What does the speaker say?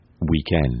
weekend